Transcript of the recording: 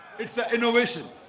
it's an innovation